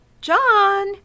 John